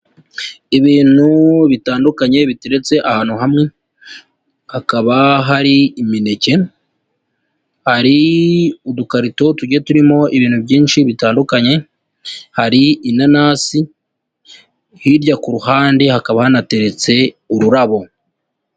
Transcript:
Ibintu bitandukanye biteretse ahantu hamwe, hakaba hari imineke, hari udukarito tugiye turimo ibintu byinshi bitandukanye, hari inanasi, hirya ku ruhande hakaba hanateretse ururabo.